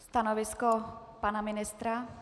Stanovisko pana ministra?